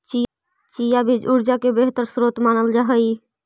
chia बीज ऊर्जा के बेहतर स्रोत मानल जा हई